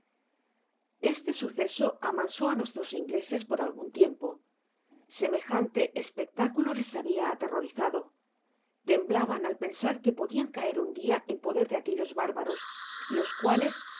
este suceso amansó á nuestros ingleses por algun tiempo semejante espectáculo les habia aterrorizado temblaban al pensar que podían caer un dia en poder de aquellos bárbaros los cuales